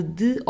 de